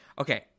okay